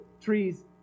trees